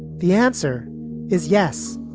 the answer is yes